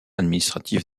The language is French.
administratif